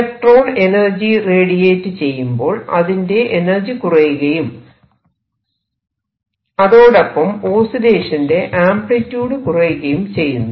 electron energy radiate ചെയ്യുമ്പോൾ അതിന്റെ energy കുറയുകയും അതോടൊപ്പം ഓസിലേഷന്റെ ആംപ്ലിട്യൂഡ് കുറയുകയും ചെയ്യുന്നു